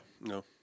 no